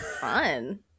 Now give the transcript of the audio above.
Fun